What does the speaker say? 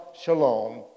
Shalom